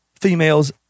females